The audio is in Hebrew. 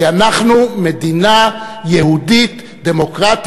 כי אנחנו מדינה יהודית-דמוקרטית,